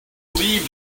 leave